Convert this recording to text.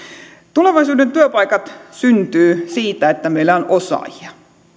tulevaisuuden työpaikat syntyvät siitä että meillä on osaajia